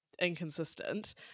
inconsistent